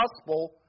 gospel